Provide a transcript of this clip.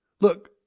Look